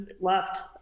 left